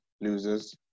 losers